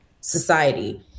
society